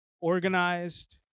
organized